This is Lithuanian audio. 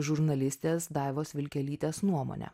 žurnalistės daivos vilkelytės nuomone